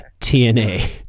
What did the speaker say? TNA